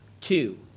Two